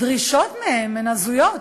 הדרישות מהם הן הזויות.